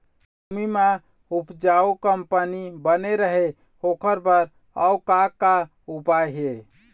भूमि म उपजाऊ कंपनी बने रहे ओकर बर अउ का का उपाय हे?